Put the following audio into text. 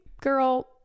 girl